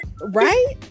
Right